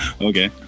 Okay